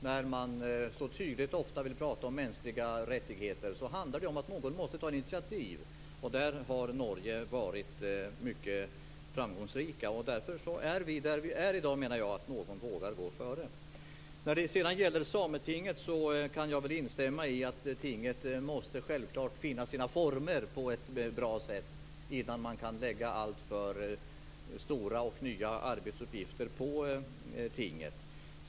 När man ofta så tydligt vill prata om mänskliga rättigheter handlar det om att någon måste ta initiativ. Där har Norge varit mycket framgångsrikt. Därför är vi där vi är i dag, menar jag, någon vågar gå före. När det sedan gäller Sametinget kan jag väl instämma i att tinget självklart måste finna sina former på ett bra sätt innan man kan lägga alltför stora och nya arbetsuppgifter på det.